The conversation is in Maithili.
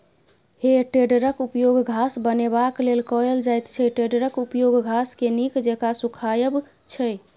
हे टेडरक उपयोग घास बनेबाक लेल कएल जाइत छै टेडरक उपयोग घासकेँ नीक जेका सुखायब छै